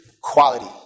quality